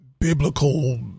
biblical